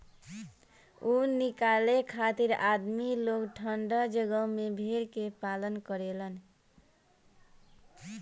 ऊन निकाले खातिर आदमी लोग ठंडा जगह में भेड़ के पालन करेलन